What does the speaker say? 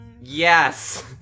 Yes